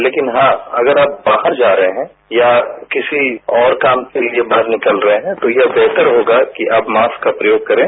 लेकिन हां अगर आप बाहर जा रहे हैं या किसी और काम के लिये बाहर निकल रहे हैं तो यह बेहतरहोगा कि आप मास्क का प्रयोग करें